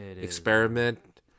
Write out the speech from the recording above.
experiment